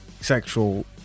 sexual